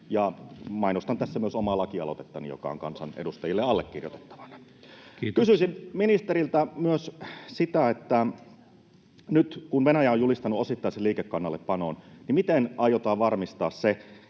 Mainostan tässä myös omaa lakialoitettani, joka on kansanedustajilla allekirjoitettavana. Kysyisin ministeriltä myös sitä, että nyt kun Venäjä on julistanut osittaisen liikekannallepanon, miten aiotaan varmistaa se,